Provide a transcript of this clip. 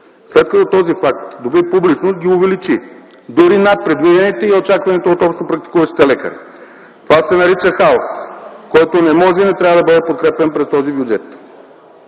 След като този факт доби публичност, ги увеличи дори над предвидените и очакваните от общопрактикуващите лекари. Това се нарича хаос, който не може и не трябва да бъде подкрепян през този бюджет.